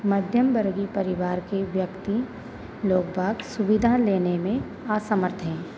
मध्यम वर्गी परिवार की व्यक्ति लोग वाग सुविधा लेने में असमर्थ हैं